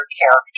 character